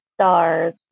stars